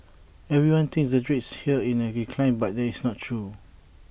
everyone thinks the trades here are in the decline but this is not true